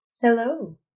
Hello